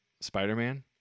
Spider-Man